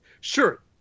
Sure